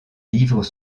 livres